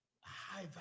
high